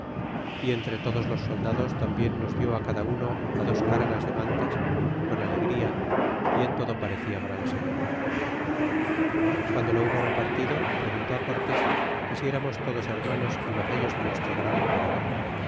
y entre todos los soldados tambien nos dió cada uno dos cargas de mantas con alegría y en todo parecia gran señor y guando lo hubo repartido preguntó cortés que si eramos todos hermanos y vasallos de nuestro gran emperador